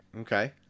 Okay